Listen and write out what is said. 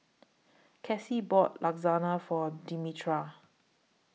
Casie bought Lasagna For Demetria